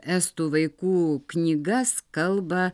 estų vaikų knygas kalba